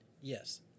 Yes